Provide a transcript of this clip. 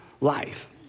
life